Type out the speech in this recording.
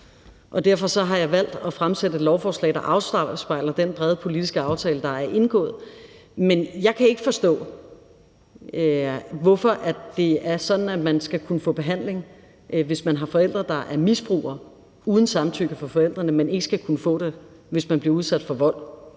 derfor har jeg valgt at fremsætte et lovforslag, der afspejler den brede politiske aftale, der er indgået. Men jeg kan ikke forstå, hvorfor det er sådan, at man skal kunne få behandling, hvis man har forældre, der er misbrugere, uden samtykke fra forældrene, men ikke skal kunne få det, hvis man bliver udsat for vold.